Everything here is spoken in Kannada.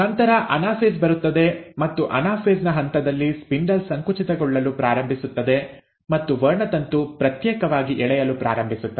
ನಂತರ ಅನಾಫೇಸ್ ಬರುತ್ತದೆ ಮತ್ತು ಅನಾಫೇಸ್ ನ ಹಂತದಲ್ಲಿ ಸ್ಪಿಂಡಲ್ ಸಂಕುಚಿತಗೊಳ್ಳಲು ಪ್ರಾರಂಭಿಸುತ್ತದೆ ಮತ್ತು ವರ್ಣತಂತು ಪ್ರತ್ಯೇಕವಾಗಿ ಎಳೆಯಲು ಪ್ರಾರಂಭಿಸುತ್ತದೆ